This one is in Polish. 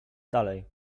dalej